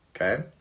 Okay